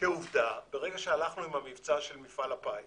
כעובדה ברגע שהלכנו עם המבצע של מפעל הפיס